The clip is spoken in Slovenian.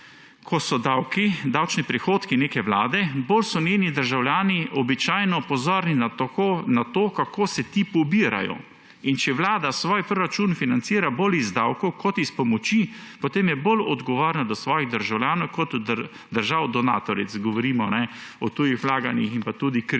davki, davčni prihodki neke vlade, bolj so njeni državljani običajno pozorni na to, kako se ti pobirajo. In če vlada svoj proračun financira bolj iz davkov kot iz pomoči, potem je bolj odgovorna do svojih državljanov kot do držav donatoric – govorimo o tujih vlaganjih in pa tudi kreditih,